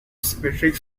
symmetric